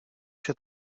się